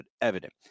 evident